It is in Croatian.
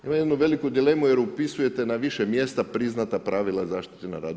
Imam jednu veliku dilemu jer upisujete na više mjesta priznata pravila zaštite na radu.